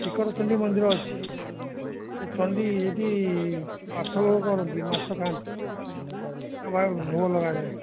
ଶିଖର ଚଣ୍ଡୀ ମନ୍ଦିର ଅଛି ସେ ଚଣ୍ଡୀ ସେହିଠି ମାଛ ଭୋଗ କରନ୍ତି ମାଛ ଖାଆନ୍ତି ତାଙ୍କ ପାଖରେ ଭୋଗ ଲଗାହୁଏ